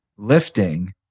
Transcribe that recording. Lifting